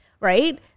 right